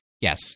yes